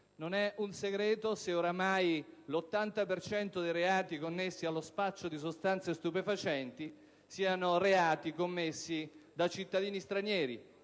Non è un segreto che ormai l'80 per cento dei reati connessi allo spaccio di sostanze stupefacenti sia commesso da cittadini stranieri.